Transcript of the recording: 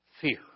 fear